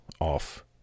off